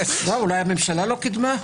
אולי הממשלה לא קידמה?